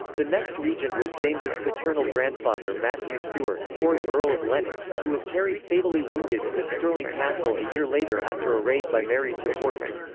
the next regent was james's paternal grandfather matthew stewart, fourth earl of lennox, who was carried fatally wounded into stirling castle a year later after a raid by mary's supporters.